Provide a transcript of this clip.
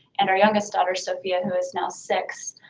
and our youngest daughter, sophia who is now six,